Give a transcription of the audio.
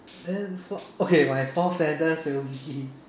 then fourth okay my fourth sentence will be